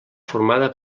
formada